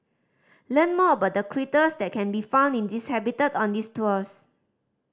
learn more about the critters that can be found in this habitat on these tours